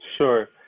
Sure